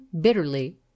bitterly